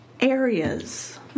areas